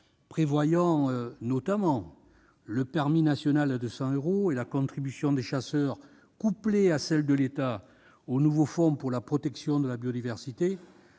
la fixation du prix du permis national à 200 euros et la contribution des chasseurs, couplée à celle de l'État, au nouveau fonds pour la protection de la biodiversité,